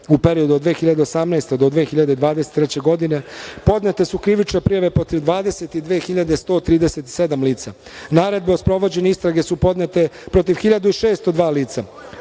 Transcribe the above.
U periodu od 2018. do 2023. godine podnete su krivične prijave protiv 22.137 lica, naredbe o sprovođenju istrage su podnete protiv 1.602 lica,